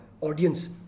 audience